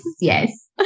yes